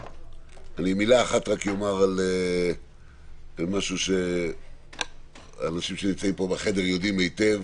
אומר מילה אחת על משהו שאנשים שנמצאים פה בחדר יודעים היטב.